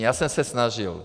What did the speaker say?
Já jsem se snažil.